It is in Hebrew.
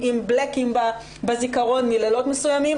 עם בלאקים בזיכרון מלילות מסוימים,